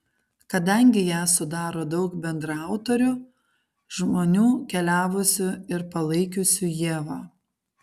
kadangi ją sudaro daug bendraautorių žmonių keliavusių ir palaikiusių ievą